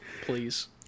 please